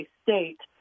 state